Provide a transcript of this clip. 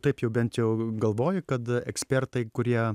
taip jau bent jau galvoji kad ekspertai kurie